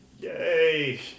Yay